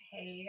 Hey